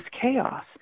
chaos